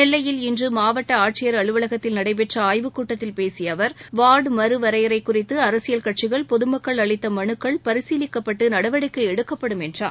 நெல்லையில் இன்று மாவட்ட ஆட்சியர் அலுவலகத்தில் நடைபெற்ற ஆய்வுக்கூட்டத்தில் பேசிய அவர் வார்டு மறுவரையறை குறித்து அரசியல் கட்சிகள் பொது மக்கள் அளித்த மனுக்கள் பரிசீலிக்கப்பட்டு நடவடிக்கை எடுக்கப்படும் என்றார்